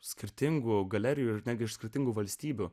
skirtingų galerijų ir netgi iš skirtingų valstybių